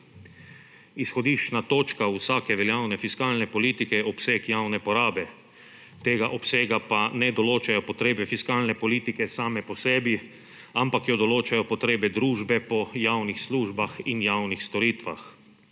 Izhodiščna točka vsake veljavne fiskalne politike je obseg javne porabe, tega obsega pa ne določajo potrebe fiskalne politike same po sebi, ampak jo določajo potrebe družbe po javnih službah in javnih storitvah.